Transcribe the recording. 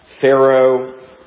Pharaoh